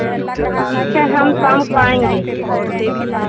ठीक है हम शाम को आएँगे